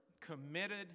committed